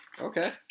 Okay